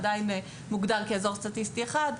עדיין מו גדר כאזור סטטיסטי אחד.